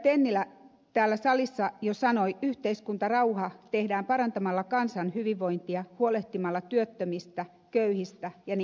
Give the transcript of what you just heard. tennilä täällä salissa jo sanoi yhteiskuntarauha tehdään parantamalla kansan hyvinvointia huolehtimalla työttömistä köyhistä ja niin edelleen